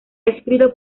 escrito